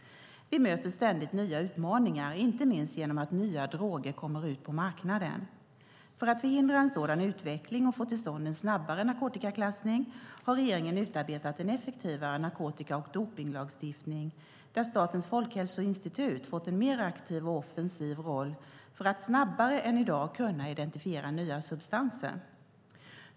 Vi möter ständigt nya utmaningar, inte minst genom att nya droger kommer ut på marknaden. För att förhindra en sådan utveckling och få till stånd en snabbare narkotikaklassning har regeringen utarbetat en effektivare narkotika och dopningslagstiftning där Statens folkhälsoinstitut fått en mer aktiv och offensiv roll för att snabbare än i dag kunna identifiera nya substanser.